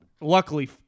Luckily